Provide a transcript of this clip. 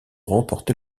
remporter